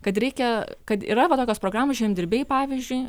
kad reikia kad yra va tokios programos žemdirbiai pavyzdžiui